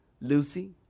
Lucy